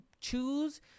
choose